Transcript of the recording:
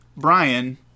brian